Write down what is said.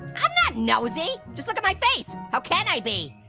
i'm not nosy. just look at my face. how can i be?